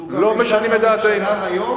לא משנים את דעתנו.